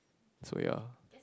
so we are